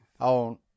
on